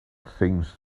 things